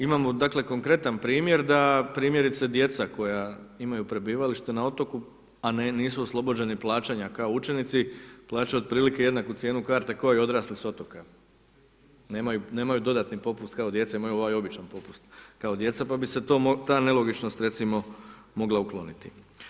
Imamo konkretan primjer da primjerice djeca koja imaju prebivalište na otoku, a nisu oslobođeni plaćanja kao učenici plaćaju otprilike jednaku cijenu karte kao i odrasli s otoka, nemaju dodatni popust kao djeca, imaju ovaj običan popust kao djeca pa bi se ta nelogičnost recimo mogla ukloniti.